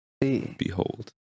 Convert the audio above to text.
behold